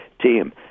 team